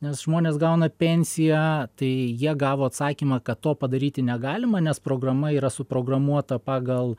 nes žmonės gauna pensiją tai jie gavo atsakymą kad to padaryti negalima nes programa yra suprogramuota pagal